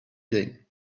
game